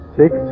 six